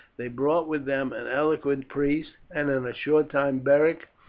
they brought with them an eloquent priest, and in a short time beric,